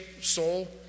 soul